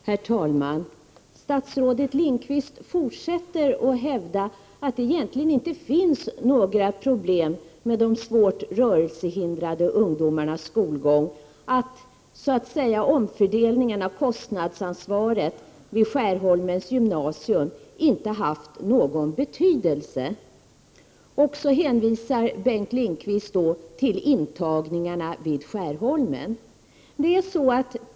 Herr talman! Statsrådet Lindqvist fortsätter att hävda att det egentligen inte finns några problem med de svårt rörelsehindrade ungdomarnas skolgång, att omfördelningarna av kostnadsansvaret vid Skärholmens gymnasium inte har haft någon betydelse. Här hänvisar Bengt Lindqvist till intagningarna vid Skärholmen.